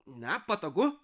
na patogu